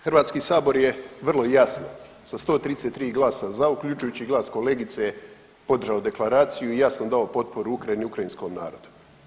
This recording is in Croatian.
Hrvatski sabor je vrlo jasno sa 133 glasa za, uključujući i glas kolegice podržao deklaraciju i jasno dao potporu Ukrajini, ukrajinskom narodu.